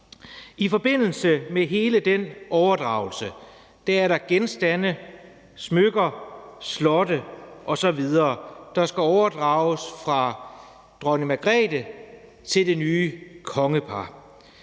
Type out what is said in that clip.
I forbindelse med hele den overdragelse er der genstande, smykker, slotte osv., der skal overdrages fra dronning Margrethe til det nye kongepar.